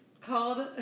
called